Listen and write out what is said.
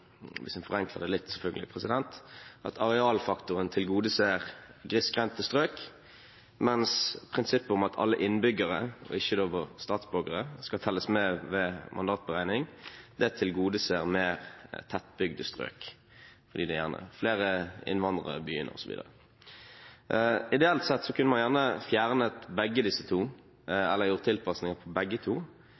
forenkler det litt, selvfølgelig – at arealfaktoren tilgodeser grisgrendte strøk, mens prinsippet om at alle innbyggere – ikke statsborgere – skal telle med ved mandatberegning, tilgodeser mer tettbygde strøk, fordi det gjerne er flere innvandrere i byene osv. Ideelt sett kunne man gjerne fjernet begge disse to, eller gjort tilpasninger på begge to,